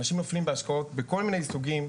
אנשים נופלים בהשקעות בכל מיני סוגים,